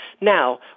Now